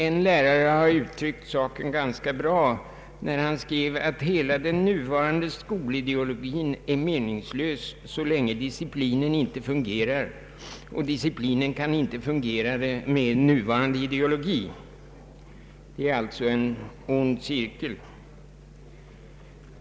En lärare har uttryckt saken ganska bra när han skrev att hela den nuvarande skolideologin är meningslös så länge disciplinen inte fungerar. Och disciplinen kan icke fungera med nuvarande ideologi! Det är alltså en ond cirkel.